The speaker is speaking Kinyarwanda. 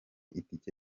itike